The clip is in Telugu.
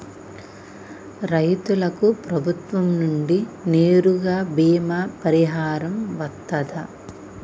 రైతులకు ప్రభుత్వం నుండి నేరుగా బీమా పరిహారం వత్తదా?